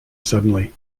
suddenly